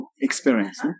experience